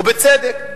ובצדק.